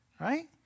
Right